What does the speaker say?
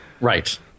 Right